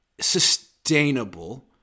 sustainable